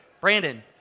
Brandon